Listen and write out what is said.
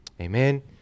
Amen